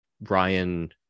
Brian